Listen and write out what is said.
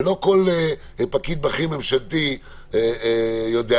ולא כל פקיד בכיר ממשלתי יודע,